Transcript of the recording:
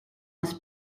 els